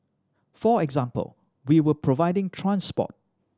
for example we were providing transport